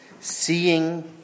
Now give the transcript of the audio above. seeing